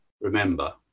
remember